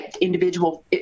individual